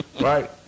right